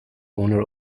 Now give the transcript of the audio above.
owner